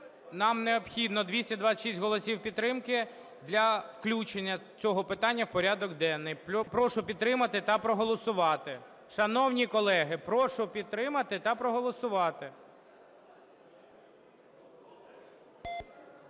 Нам необхідно 226 голосів підтримки для включення цього питання в порядок денний. Прошу підтримати та проголосувати. Шановні колеги, прошу підтримати та проголосувати.